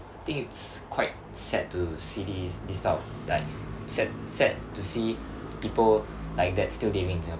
think it's quite sad to see this this type of like sad sad to see people like that still living in singapore